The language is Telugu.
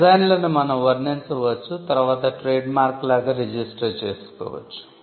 డిజైన్లను మనం వర్ణించవచ్చు తర్వాత ట్రేడ్మార్క్ లాగ రిజిస్టర్ చేసుకోవచ్చు